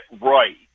right